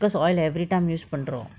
cause oil everytime use பண்றோம்:panrom